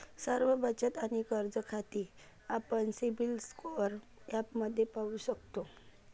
सर्व बचत आणि कर्ज खाती आपण सिबिल स्कोअर ॲपमध्ये पाहू शकतो